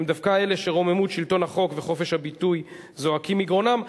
הם דווקא אלה שרוממות שלטון החוק וחופש הביטוי זועקים מגרונם,